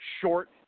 short